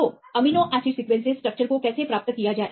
तो amino acid sequence से structure को कैसे प्राप्त किया जाए